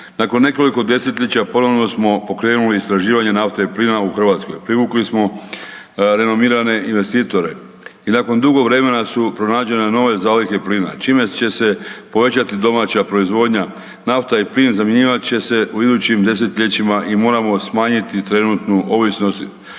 Nakon nekoliko desetljeća ponovno smo pokrenuli istraživanje nafte i plina u Hrvatskoj. Privukli smo renomirane investitore i nakon dugo vremena su pronađene nove zalihe plina čime će se povećati domaća proizvodnja. Nafta i plin zamjenjivat će se u idućim desetljećima i moramo smanjiti trenutnu ovisnost